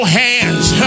hands